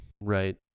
right